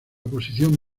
posición